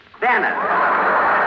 Dennis